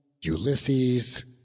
Ulysses